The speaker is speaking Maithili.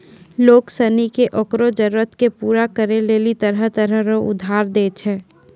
लोग सनी के ओकरो जरूरत के पूरा करै लेली तरह तरह रो उधार दै छै